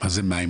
מה זה מים?